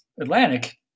Atlantic